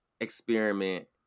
experiment